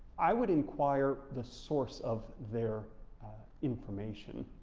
i would inquire the source of their information.